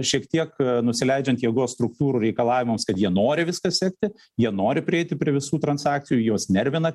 šiek tiek nusileidžiant jėgos struktūrų reikalavimams kad jie nori viską sekti jie nori prieiti prie visų transakcijų juos nervina